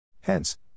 Hence